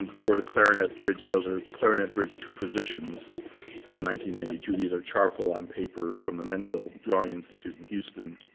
and for the clarinet bridge. those are clarinet bridge two positions ninety ninety two. these are charcoal on paper from the menil drawing institute in houston.